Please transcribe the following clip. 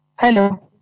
Hello